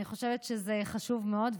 אני חושבת שזה חשוב מאוד.